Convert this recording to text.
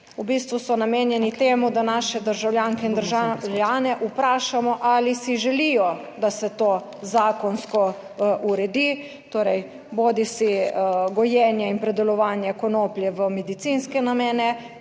v bistvu so namenjeni temu, da naše državljanke in državljane vprašamo ali si želijo, da se to zakonsko uredi torej bodisi gojenje in predelovanje konoplje v medicinske namene,